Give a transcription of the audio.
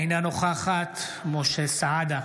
אינה נוכחת משה סעדה,